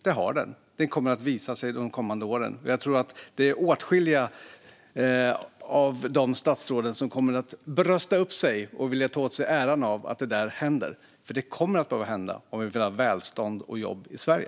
Det har den, och det kommer att visa sig de kommande åren. Jag tror att åtskilliga statsråd kommer att brösta upp sig och vilja ta åt sig äran för att detta händer, för det kommer att behöva hända om vi vill ha välstånd och jobb i Sverige.